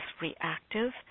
reactive